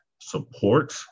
support